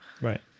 Right